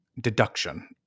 deduction